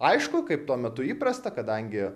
aišku kaip tuo metu įprasta kadangi